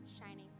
shining